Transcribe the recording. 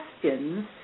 questions